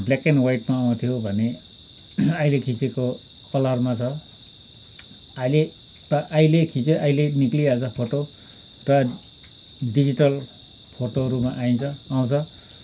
black and वाइटमा आउँथ्यो भने अहिले खिँचेको कलरमा छ अहिले त अहिले खिच्यो अहिले निक्लिहाल्छ फोटो र डिजिटल फोटोहरूमा आइन्छ आउँछ